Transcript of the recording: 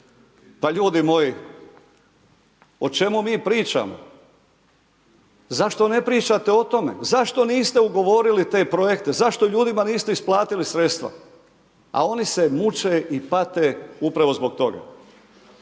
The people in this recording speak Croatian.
Pa ljudi moji, o čemu mi pričamo? Zašto ne pričate o tome? Zašto niste ugovorili te projekte? Zašto ljudima niste isplatili sredstva? A oni se muče i pate upravo zbog toga.